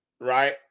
right